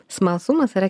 smalsumas yra